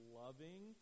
loving